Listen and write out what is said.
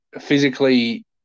physically